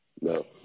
No